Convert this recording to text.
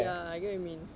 ya I get you mean